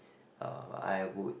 uh I would